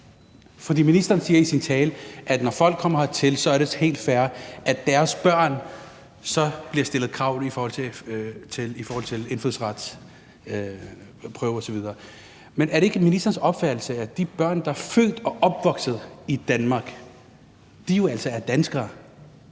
Ministeren siger i sin tale, at når folk kommer hertil, er det helt fair, at der så bliver stillet krav til deres børn i forhold til indfødsretsprøve osv. Men er det ikke ministerens opfattelse, at de børn, der er født og opvokset i Danmark, altså er danskere?